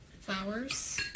flowers